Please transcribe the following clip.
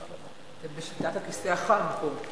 בשיטת הכיסא החם פה.